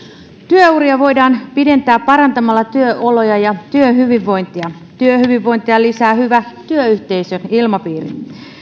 työuria voidaan pidentää parantamalla työoloja ja työhyvinvointia työhyvinvointia lisää hyvä työyhteisöilmapiiri